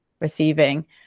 receiving